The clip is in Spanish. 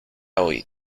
hoy